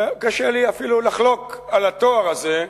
וקשה לי אפילו לחלוק על התואר הזה,